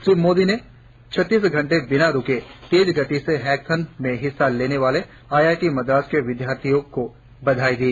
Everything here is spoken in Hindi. श्री मोदी ने छत्तीस घंटे बिना रुके तेज गति से हैकेथॉन में हिस्सा लेने वाले आईआईटी मद्रास के विद्यार्थियों को बधाई दी